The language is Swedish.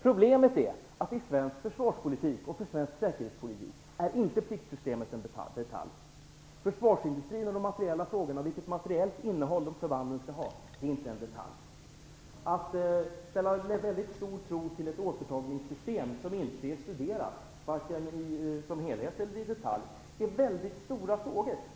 Problemet är att pliktsystemet i svensk försvarspolitik och svensk säkerhetspolitik inte är en detalj. Försvarsindustrin och de materiella frågorna, vilket materiellt innehåll förbanden skall ha, är inte en detalj. Att ställa en väldigt stor tro till ett återtagningssystem som inte är studerat, varken som helhet eller i detalj, är stora frågor.